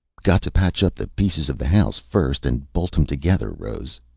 got to patch up the pieces of the house, first, and bolt em together, rose,